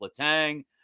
letang